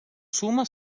suma